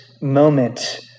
moment